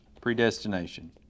predestination